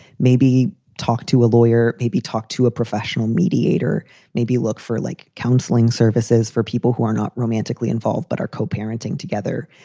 maybe talk to a lawyer, maybe talk to a professional mediator maybe look for like counseling services for people who are not romantically involved, but are co parenting together.